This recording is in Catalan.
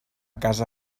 casa